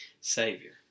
Savior